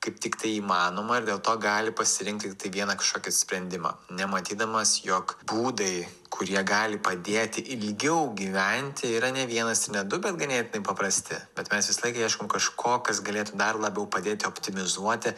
kaip tiktai įmanoma ir dėl to gali pasirinkti tai vieną kažkokį sprendimą nematydamas jog būdai kurie gali padėti ilgiau gyventi yra ne vienas ir ne du bet ganėtinai paprasti bet mes visą laiką ieškom kažko kas galėtų dar labiau padėti optimizuoti